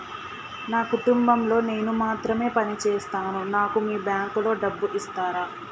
నా కుటుంబం లో నేను మాత్రమే పని చేస్తాను నాకు మీ బ్యాంకు లో డబ్బులు ఇస్తరా?